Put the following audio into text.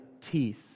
teeth